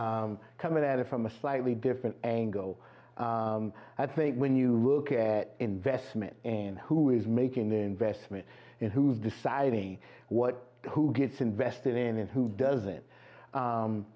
is coming at it from a slightly different angle i think when you look at investment and who is making new investment and who's deciding what who gets invested in and who doesn't